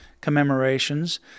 commemorations